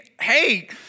hey